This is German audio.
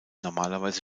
normalerweise